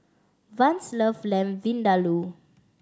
Vance love Lamb Vindaloo